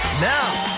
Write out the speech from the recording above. now